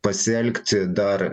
pasielgti dar